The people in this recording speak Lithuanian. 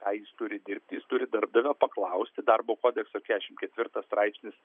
ką jis turi dirbti jis turi darbdavio paklausti darbo kodekso keturiasdešimt ketvirtas straipsnis